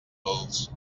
dolç